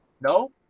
No